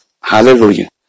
Hallelujah